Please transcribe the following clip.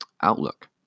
outlook